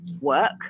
work